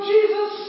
Jesus